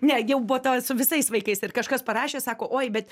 ne jau po to su visais vaikais ir kažkas parašė sako oi bet